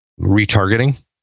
retargeting